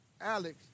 Alex